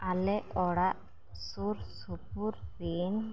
ᱟᱞᱮ ᱚᱲᱟᱜ ᱥᱩᱨᱥᱩᱯᱩᱨ ᱨᱮᱱ